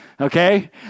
Okay